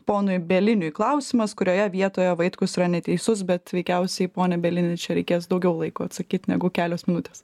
ponui bieliniui klausimas kurioje vietoje vaitkus yra neteisus bet veikiausiai pone bielini čia reikės daugiau laiko atsakyt negu kelios minutės